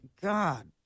God